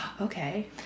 Okay